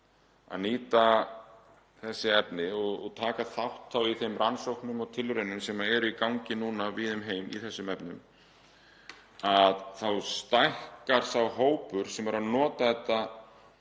að nýta þessi efni og taka þátt í þeim rannsóknum og tilraunum sem eru í gangi núna víða um heim í þessum efnum, þá stækkar sá hópur sem er að nota þetta